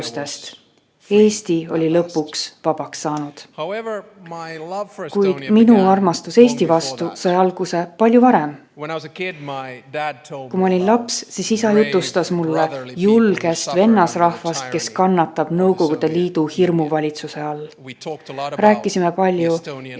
Eesti oli lõpuks vabaks saanud. Kuid minu armastus Eesti vastu sai alguse palju varem. Kui ma olin laps, siis isa jutustas mulle julgest vennasrahvast, kes kannatab Nõukogude Liidu hirmuvalitsuse all. Rääkisime palju eesti